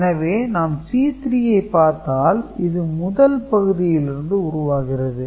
எனவே நாம் C3 ஐப் பார்த்தால் இது முதல் பகுதியிலிருந்து உருவாகிறது